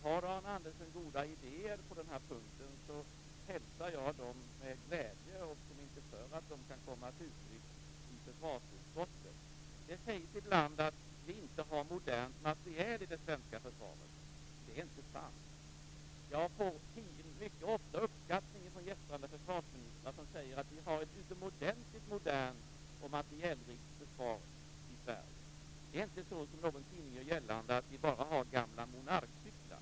Har Arne Andersson goda idéer på den här punkten hälsar jag det med glädje och hoppas att de, om inte förr, kan komma till uttryck i försvarsutskottet. Det sägs ibland att vi inte har modern materiel i det svenska försvaret. Det är inte sant. Jag får mycket ofta uppskattning från gästande försvarsministrar, som säger att vi har ett utomordentligt modernt och materielrikt försvar i Sverige. Det är inte så som någon tidning gör gällande att vi bara har gamla Monarkcyklar.